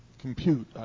compute